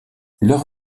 leur